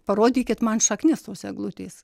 parodykit man šaknis tos eglutės